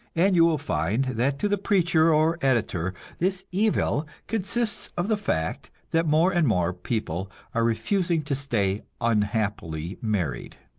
and you will find that to the preacher or editor this evil consists of the fact that more and more people are refusing to stay unhappily married.